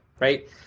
Right